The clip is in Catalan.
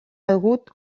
agut